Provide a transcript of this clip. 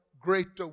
greater